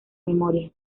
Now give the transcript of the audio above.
memoria